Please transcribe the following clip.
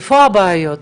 איפה הבעיות?